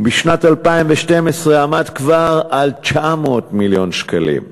בשנת 2012 עמד כבר על 900 מיליון שקלים.